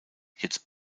jetzt